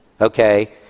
Okay